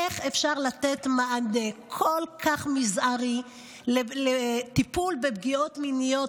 איך אפשר לתת מענה כל כך מזערי לטיפול בפגיעות מיניות?